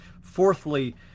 Fourthly